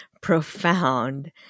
profound